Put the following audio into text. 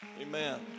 Amen